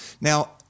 Now